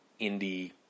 indie